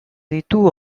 ditu